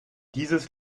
dieses